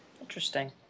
Interesting